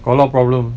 got a lot of problem